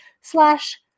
slash